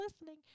listening